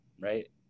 right